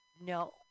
No